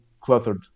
cluttered